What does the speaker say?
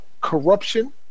Corruption